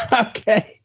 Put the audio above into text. Okay